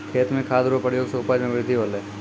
खेत मे खाद रो प्रयोग से उपज मे बृद्धि होलै